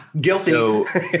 Guilty